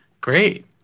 Great